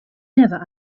never